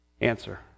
answer